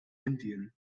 indien